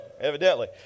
evidently